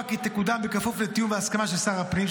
כי תקודם בכפוף לתיאום והסכמה של שר הפנים,